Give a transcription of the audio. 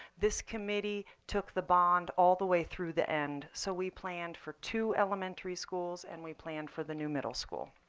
this committee took the bond all the way through the end. so we planned for two elementary schools and we planned for the new middle school.